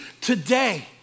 today